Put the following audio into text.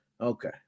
Okay